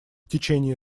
течение